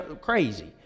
crazy